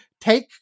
take